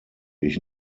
ich